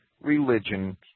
religion